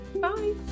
Bye